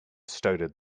started